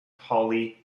holly